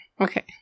Okay